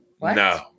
No